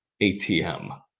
ATM